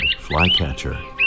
flycatcher